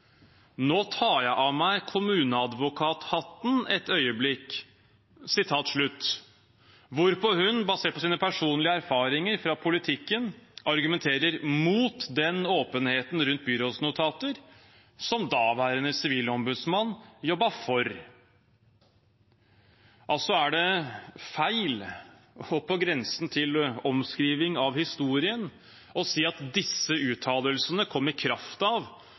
tar jeg av meg kommuneadvokat-hatten et øyeblikk.» Hun argumenterer så – basert på sine personlige erfaringer fra politikken – imot den åpenheten rundt byrådsnotater som daværende sivilombudsmann jobbet for. Det er altså feil og på grensen til omskriving av historien å si at disse uttalelsene kom i kraft av